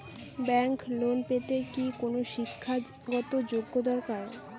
Bank loan পেতে কি কোনো শিক্ষা গত যোগ্য দরকার?